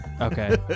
Okay